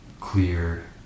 clear